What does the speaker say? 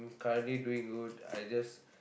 currently doing good I just